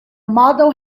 model